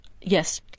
Yes